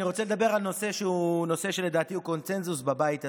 אני רוצה לדבר על נושא שלדעתי הוא קונסנזוס בבית הזה.